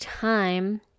time